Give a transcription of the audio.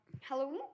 Halloween